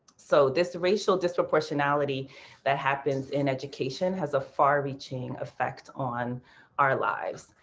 so this racial disproportionality that happens in education has a far reaching effect on our lives.